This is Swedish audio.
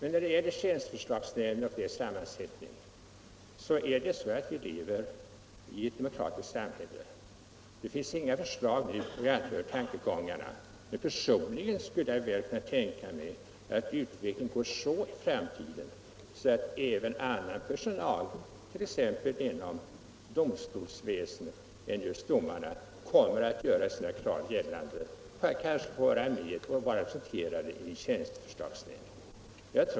När det gäller tjänsteförslagsnämndens sammansättning vill jag också erinra om att vi lever i ett demokratiskt samhälle och jag skulle personligen mycket väl kunna tänka mig att även annan personal inom domstolsväsendet än just domarna i framtiden kommer att göra sina krav gällande på representation i tjänsteförslagsnämnden.